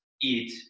eat